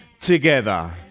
together